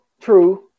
true